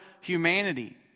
humanity